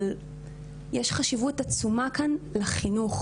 אבל יש חשיבות עצומה כאן לחינוך,